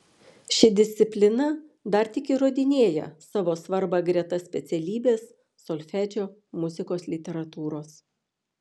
ši disciplina dar tik įrodinėja savo svarbą greta specialybės solfedžio muzikos literatūros